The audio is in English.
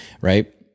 right